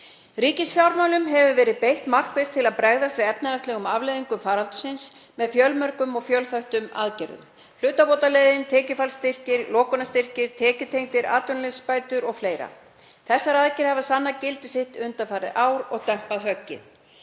Ríkisfjármálum hefur verið beitt markvisst til að bregðast við efnahagslegum afleiðingum faraldursins með fjölmörgum og fjölþættum aðgerðum; hlutabótaleiðin, tekjufallsstyrkir, lokunarstyrkir, tekjutengdar atvinnuleysisbætur og fleira. Þessar aðgerðir hafa sannað gildi sitt undanfarið ár og dempað höggið.